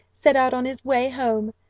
set out on his way home.